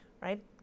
right